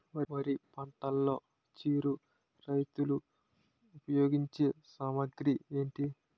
వరి పంటలో చిరు రైతులు ఉపయోగించే సామాగ్రి ఏంటి?